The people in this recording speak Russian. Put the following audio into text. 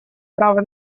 права